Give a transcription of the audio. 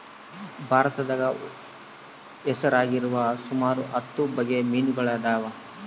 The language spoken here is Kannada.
ಭಾರತದಾಗ ಹೆಸರಾಗಿರುವ ಸುಮಾರು ಹತ್ತು ಬಗೆ ಮೀನುಗಳಿದವ